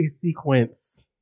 sequence